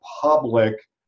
public